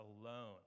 alone